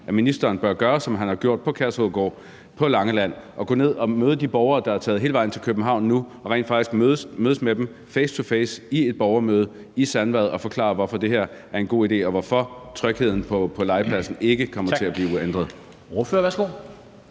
at ministeren bør gøre, som han har gjort med Kærshovedgård på Langeland, nemlig at møde de borgere, der nu er taget hele vejen til København, altså rent faktisk mødes med dem face to face i et borgermøde i Sandvad og forklare, hvorfor det her er en god idé, og hvorfor trygheden på legepladsen ikke kommer til at blive ændret?